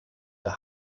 der